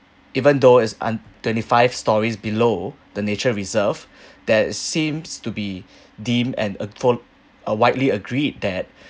even though it's und~ twenty five storeys below the nature reserve that seems to be deemed an a for uh widely agreed that